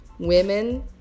Women